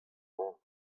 boan